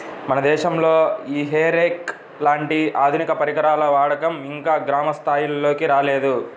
మన దేశంలో ఈ హే రేక్ లాంటి ఆధునిక పరికరాల వాడకం ఇంకా గ్రామ స్థాయిల్లోకి రాలేదు